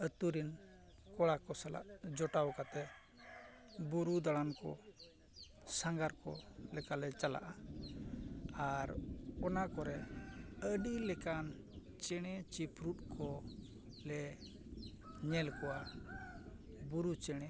ᱟᱛᱳᱨᱮᱱ ᱠᱚᱲᱟ ᱠᱚ ᱥᱟᱞᱟᱜ ᱡᱚᱴᱟᱣ ᱠᱟᱛᱮ ᱵᱩᱨᱩ ᱫᱟᱬᱟᱱ ᱠᱚ ᱥᱟᱸᱜᱷᱟᱨ ᱠᱚ ᱞᱮᱠᱟ ᱞᱮ ᱪᱟᱞᱟᱜᱼᱟ ᱟᱨ ᱚᱱᱟ ᱠᱚᱨᱮ ᱟᱹᱰᱤ ᱞᱮᱠᱟᱱ ᱪᱮᱬᱮ ᱪᱤᱯᱨᱩᱫ ᱠᱚ ᱞᱮ ᱧᱮᱞ ᱠᱚᱣᱟ ᱵᱩᱨᱩ ᱪᱮᱬᱮ